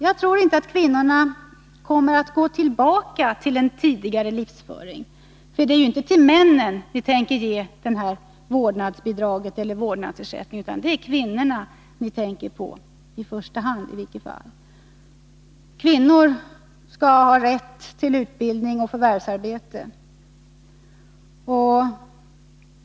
Jag trorinte att kvinnorna kommer att gå tillbaka till en tidigare livsföring — för det är ju inte männen ni tänker ge vårdnadsbidraget eller vårdnadsersättningen, utan det är kvinnorna ni tänker på, i första hand i varje fall. Kvinnor skall ha rätt till utbildning och förvärvsarbete.